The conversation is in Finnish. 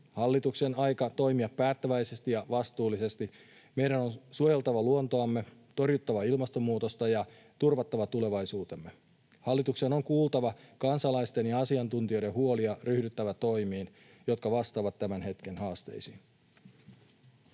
hallituksen aika toimia päättäväisesti ja vastuullisesti. Meidän on suojeltava luontoamme, torjuttava ilmastonmuutosta ja turvattava tulevaisuutemme. Hallituksen on kuultava kansalaisten ja asiantuntijoiden huolia, ryhdyttävä toimiin, jotka vastaavat tämän hetken haasteisiin.